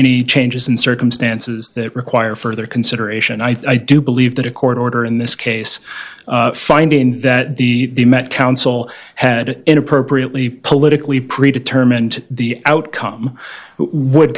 any changes in circumstances that require further consideration i do believe that a court order in this case finding that the council had it in appropriately politically pre determined the outcome would